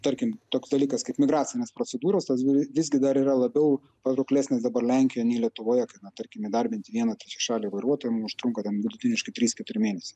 tarkim toks dalykas kaip migracinės procedūros tas vi visgi dar yra labiau patrauklesnis dabar lenkijoj nei lietuvoje kaip na tarkim įdarbinti vieną trečiašalį vairuotoją mum užtrunka ten vidutiniškai trys keturi mėnesiai